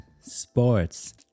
sports